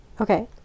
Okay